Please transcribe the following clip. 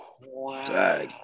Wow